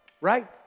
right